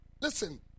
Listen